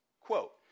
quote